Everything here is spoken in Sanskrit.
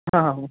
हा